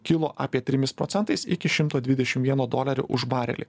kilo apie trimis procentais iki šimto dvidešim vieno dolerio už barelį